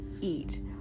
eat